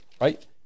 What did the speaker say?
right